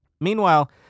Meanwhile